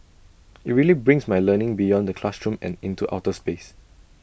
IT really brings my learning beyond the classroom and into outer space